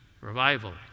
revival